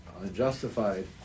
unjustified